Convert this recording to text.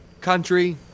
country